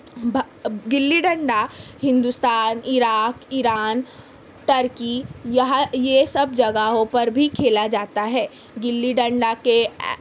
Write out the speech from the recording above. گلی ڈنڈا Hindustan Iraq Iran Turkey یہاں یہ سب جگہوں پر بھی کھیلا جاتا ہے گلی ڈنڈا کے